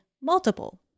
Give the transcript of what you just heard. multiple